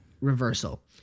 reversal